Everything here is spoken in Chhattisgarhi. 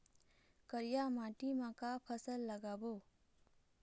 करिया माटी म का फसल लगाबो?